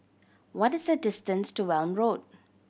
what is the distance to Welm Road